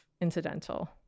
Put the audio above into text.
incidental